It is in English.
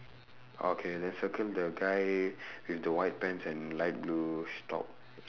orh okay then circle the guy with the white pants and light blue sh~ top